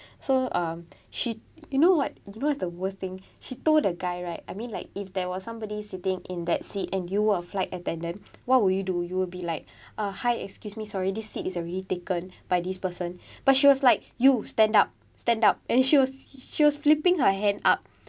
so um she you know what you know what's the worst thing she told the guy right I mean like if there was somebody sitting in that seat and you were a flight attendant what will you do you will be like uh hi excuse me sorry this seat is already taken by this person but she was like you stand up stand up and she was she was flipping her hand up